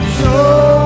show